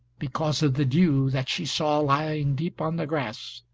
because of the dew that she saw lying deep on the grass,